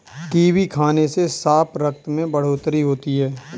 kiwi खाने से साफ रक्त में बढ़ोतरी होती है